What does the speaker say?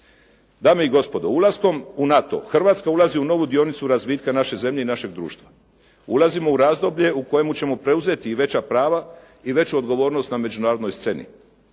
Dame i gospodo, ulaskom u NATO Hrvatska ulazi u novi dionicu razvitka naše zemlje i našeg društva. Ulazimo u razdoblje u kojemu ćemo preuzeti veća prava i veću odgovornost na međunarodnoj sceni.